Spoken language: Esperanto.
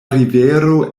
rivero